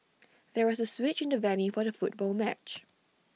there was A switch in the venue for the football match